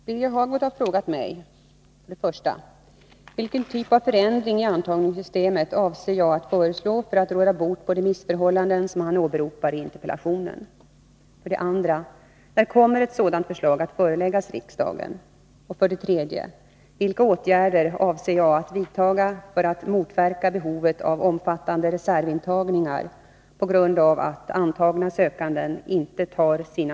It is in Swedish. Fru talman! Birger Hagård har frågat mig: 1. Vilken typ av förändring i antagningssystemet avser jag att föreslå för att råda bot på de missförhållanden som han åberopar i interpellationen? 2. När kommer ett sådant förslag att föreläggas riksdagen?